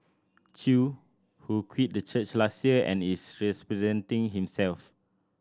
Chew who quit the church last year and is himself